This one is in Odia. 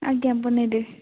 ଆଜ୍ଞା ବନେଇଦେବି